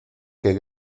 que